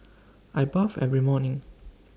I bath every morning